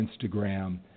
Instagram